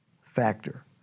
factor